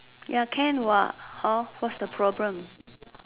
ya can what what's the problem